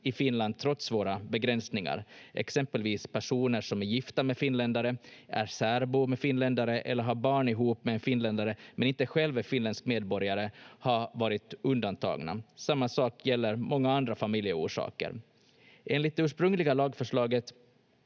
i Finland trots våra begränsningar. Exempelvis personer som är gifta med finländare, är särbo med finländare eller har barn ihop med en finländare men inte själv är finländsk medborgare har varit undantagna. Samma sak gäller många andra familjeorsaker. Enligt det ursprungliga lagförslaget